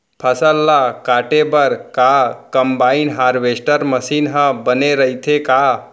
फसल ल काटे बर का कंबाइन हारवेस्टर मशीन ह बने रइथे का?